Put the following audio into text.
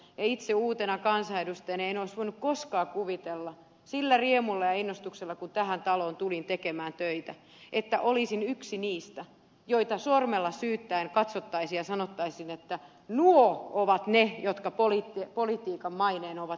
itse uutena kansanedustajana en olisi voinut koskaan kuvitella sillä riemulla ja innostuksella kun tähän taloon tulin tekemään töitä että olisin yksi niistä joita sormella syyttäen katsottaisiin ja sanottaisiin että nuo ovat ne jotka politiikan maineen ovat vieneet